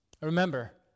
Remember